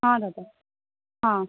हा दादा हा